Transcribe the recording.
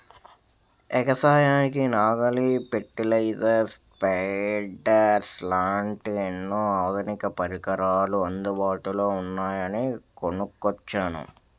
ఎగసాయానికి నాగలి, fertilizer, spreaders లాంటి ఎన్నో ఆధునిక పరికరాలు అందుబాటులో ఉన్నాయని కొనుక్కొచ్చాను